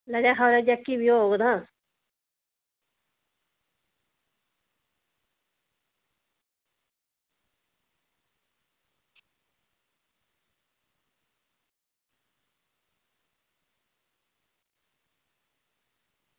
मरो खरै जेह्की बी होग तां